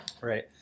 Right